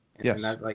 Yes